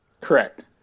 Correct